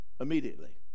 immediately